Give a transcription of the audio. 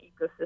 ecosystem